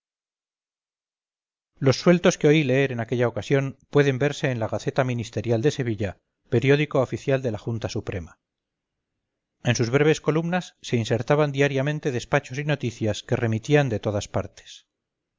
los sueltos que oí leer en aquella ocasión pueden verse en la gaceta ministerial de sevilla periódico oficial de la junta suprema en sus breves columnas se insertaban diariamente despachos y noticias que remitían de todas partes